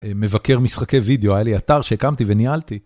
מבקר משחקי וידאו, היה לי אתר שהקמתי וניהלתי